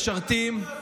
אתה מפריע לו.